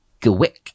GWIC